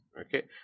Okay